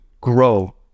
grow